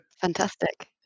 Fantastic